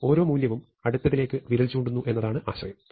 ഓരോ മൂല്യവും അടുത്തതിലേക്ക് വിരൽ ചൂണ്ടുന്നു എന്നതാണ് ആശയം